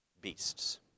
beasts